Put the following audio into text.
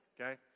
Okay